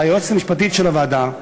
ליועצת המשפטית של הוועדה,